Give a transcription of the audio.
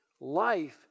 life